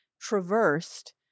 traversed